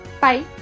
Bye